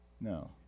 No